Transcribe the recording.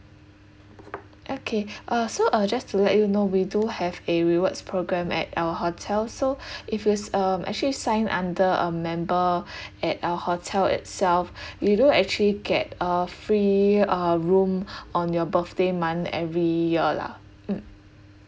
okay uh so uh just to let you know we do have a rewards program at our hotel so if you um actually sign under a member at our hotel itself you do actually get a free uh room on your birthday month every year lah mm